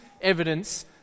evidence